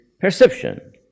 perception